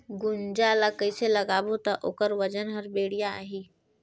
गुनजा ला कइसे लगाबो ता ओकर वजन हर बेडिया आही?